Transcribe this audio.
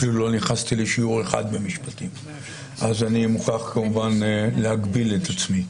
אפילו לא נכנסתי לשיעור אחד במשפטים אז אני מוכרח כמובן להגביל את עצמי.